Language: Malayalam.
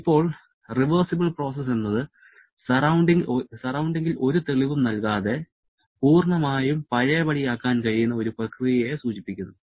ഇപ്പോൾ റിവേഴ്സിബിൾ പ്രോസസ് എന്നത് സറൌണ്ടിങ്ങിൽ ഒരു തെളിവും നൽകാതെ പൂർണ്ണമായും പഴയപടിയാക്കാൻ കഴിയുന്ന ഒരു പ്രക്രിയയെ സൂചിപ്പിക്കുന്നു